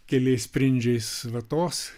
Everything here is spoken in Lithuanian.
keliais sprindžiais vatos